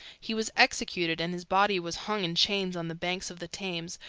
he was executed, and his body was hung in chains on the banks of the thames,